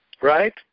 right